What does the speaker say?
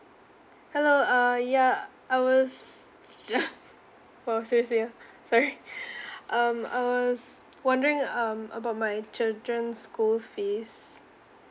hello uh ya I was just oh sorry sorry ah sorry um I was wondering um about my children's school fees